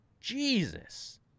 Jesus